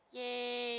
mm